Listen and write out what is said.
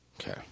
okay